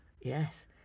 Yes